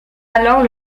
alors